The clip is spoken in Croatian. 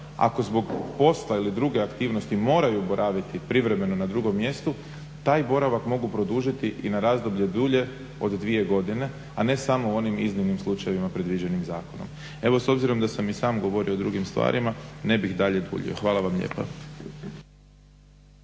ako zbog posla ili druge aktivnosti moraju boraviti privremeno na drugom mjestu taj boravak mogu produžiti i na razdoblje dulje od dvije godine, a ne samo u onim iznimnim slučajevima predviđenim zakonom. Evo s obzirom da sam i sam govorio o drugim stvarima ne bih dalje duljio. Hvala vam lijepa.